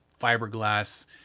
fiberglass